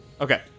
Okay